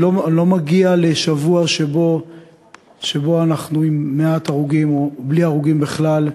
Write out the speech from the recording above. אני לא מגיע לשבוע שבו אנחנו עם מעט הרוגים או בלי הרוגים בכלל.